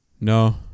No